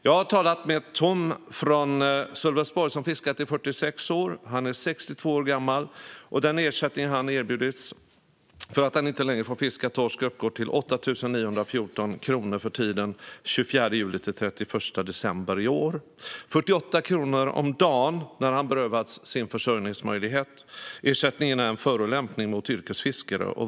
Jag har talat med Tom från Sölvesborg, som har fiskat i 46 år; han är 62 år gammal. Den ersättning han erbjudits för att han inte längre får fiska torsk uppgår till 8 914 kronor för tiden 24 juli till 31 december i år. Det är 48 kronor om dagen när han berövats sin försörjningsmöjlighet. Ersättningen är en förolämpning mot yrkesfiskare.